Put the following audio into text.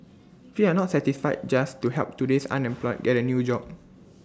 we are not satisfied just to help today's unemployed get A new job